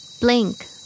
Blink